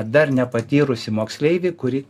dar nepatyrusį moksleivį kurį